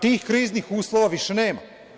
Tih kriznih uslova više nema.